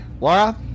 Laura